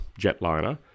jetliner